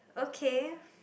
okay